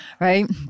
Right